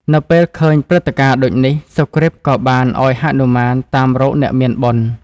នៅពេលឃើញព្រឹត្តិការណ៍ដូចនេះ សុគ្រីពក៏បាន ឱ្យហនុមានតាមរកអ្នកមានបុណ្យ ។